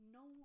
no